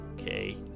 okay